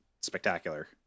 spectacular